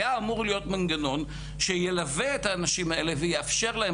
היה אמור להיות מנגנון שילווה את האנשים האלה ויאפשר להם,